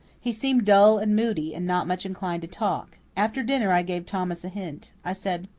he seemed dull and moody, and not much inclined to talk. after dinner i gave thomas a hint. i said,